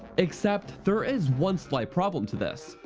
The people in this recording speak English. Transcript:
except there is one slight problem to this.